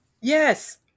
Yes